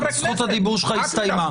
זכות הדיבור שלך הסתיימה.